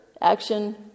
action